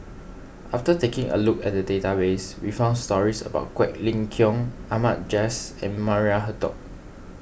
after taking a look at the database we found stories about Quek Ling Kiong Ahmad Jais and Maria Hertogh